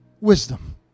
Wisdom